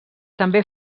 també